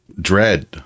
dread